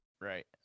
Right